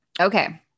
Okay